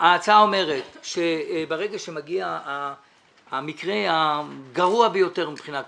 ההצעה אומרת שברגע שמגיע המקרה הגרוע ביותר מבחינה כלכלית,